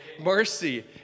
mercy